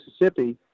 Mississippi